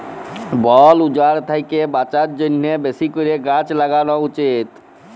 বল উজাড় থ্যাকে বাঁচার জ্যনহে বেশি ক্যরে গাহাচ ল্যাগালো উচিত